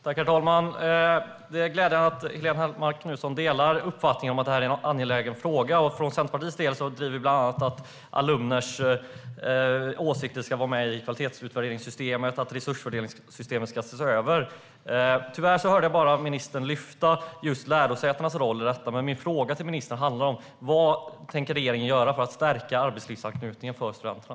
Herr talman! Det är glädjande att Helene Hellmark Knutsson delar uppfattningen att det är en angelägen fråga. Från Centerpartiet driver vi bland annat att alumners åsikter ska vara med i kvalitetsutvärderingssystemet och att resursfördelningssystemet ska ses över. Tyvärr hörde jag ministern lyfta fram enbart lärosätenas roll i detta. Min fråga till ministern handlar om: Vad tänker ministern göra för att stärka arbetslivsanknytningen för studenterna?